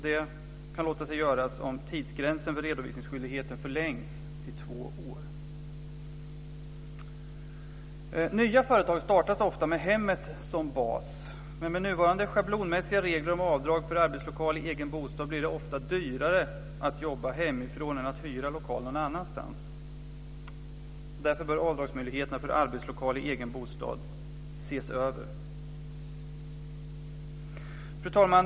Det kan låta sig göras om tidsgränsen för redovisningsskyldigheten förlängs till två år. Nya företag startas ofta med hemmet som bas. Men med nuvarande schablonmässiga regler om avdrag för arbetslokal i egen bostad blir det ofta dyrare att jobba hemifrån än att hyra lokal någon annanstans. Därför bör avdragsmöjligheterna för arbetslokal i egen bostad ses över. Fru talman!